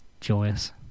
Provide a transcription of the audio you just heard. joyous